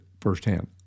firsthand